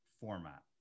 format